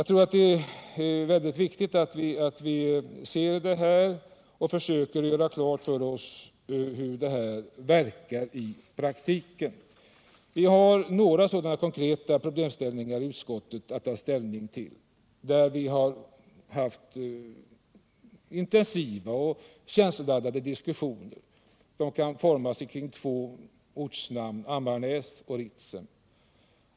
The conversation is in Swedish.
35 Jag tror att det är viktigt att vi gör klart för oss hur det här verkar i praktiken. Vi har haft några sådana konkreta problem att ta ställning till i utskottet. På dessa punkter har vi haft intensiva och känsloladdade diskussioner som kan sammanfattas kring två ortsnamn: Ammarnäs och Ritsem.